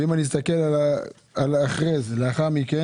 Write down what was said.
אתה אוחז איתי,